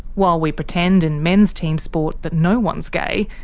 while we pretend in men's team sport that no one's gay,